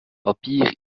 papier